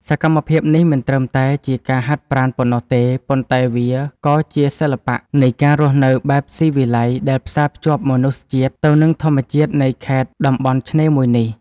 សកម្មភាពនេះមិនត្រឹមតែជាការហាត់ប្រាណប៉ុណ្ណោះទេ ប៉ុន្តែវាក៏ជាសិល្បៈនៃការរស់នៅបែបស៊ីវិល័យដែលផ្សារភ្ជាប់មនុស្សជាតិទៅនឹងធម្មជាតិនៃខេត្តតំបន់ឆ្នេរមួយនេះ។